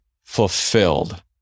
fulfilled